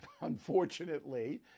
unfortunately